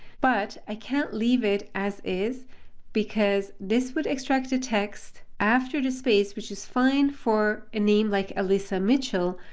but i can't leave it as is because this would extract the text after the space, which is fine for a name like alissa mitchell,